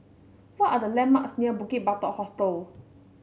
what are the landmarks near Bukit Batok Hostel